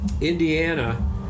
Indiana